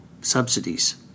subsidies